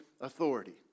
authority